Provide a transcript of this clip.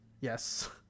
Yes